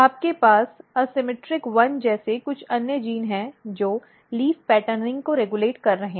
आपके पास ASYMMETRIC1 जैसे कुछ अन्य जीन हैं जो लीफ पैटर्निंग को रेगुलेट कर रहे हैं